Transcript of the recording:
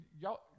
y'all